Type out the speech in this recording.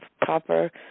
proper